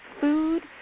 food